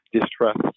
distrust